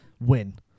win